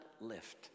lift